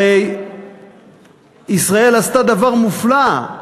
הרי ישראל עשתה דבר מופלא.